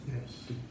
Yes